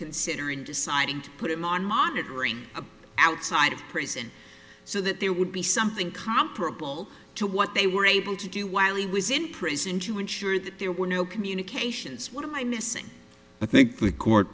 consider in deciding to put him on monitoring outside of prison so that there would be something comparable to what they were able to do while he was in prison to ensure that there were no communications what am i missing i think the court